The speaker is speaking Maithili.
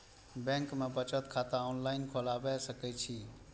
बैंक में बचत खाता ऑनलाईन खोलबाए सके छी?